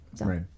Right